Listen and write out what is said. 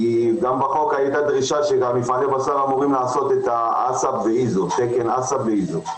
בחוק הייתה דרישה שמפעלי בשר אמורים לעשות בתקן HACCP ב-איזו.